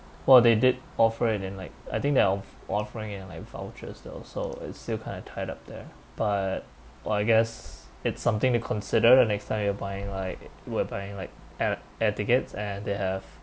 well they did offer it in like I think they're of~ offering it in like vouchers though so it's still kind of tied up there but well I guess it's something to consider the next time you're buying like we're buying like air air tickets and they have